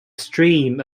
stream